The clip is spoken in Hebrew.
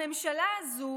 הממשלה הזו